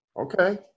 Okay